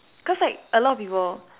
cause like a lot of people